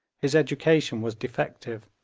his education was defective,